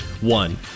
One